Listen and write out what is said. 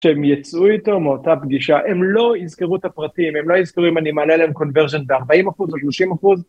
שהם יצאו איתו מאותה פגישה, הם לא הזכרו את הפרטים, הם לא הזכרו אם אני מענה להם קונברג'נט ב-40% או 30%